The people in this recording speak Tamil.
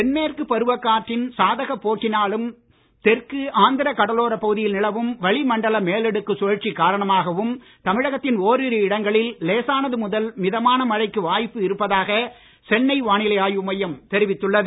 தென்மேற்கு பருவக்காற்றின் சாதகப் போக்கினாலும் தெற்கு ஆந்திர கடலோரப் பகுதியில் நிலவும் வளி மண்டல மேலடுக்கு சுழற்சி காரணமாகவும் தமிழகத்தின் ஒரிரு இடங்களில் லேசானது முதல் மிதமான மழைக்கு வாய்ப்பு இருப்பதாக சென்னை வானிலை ஆய்வுமையம் தெரிவித்துள்ளது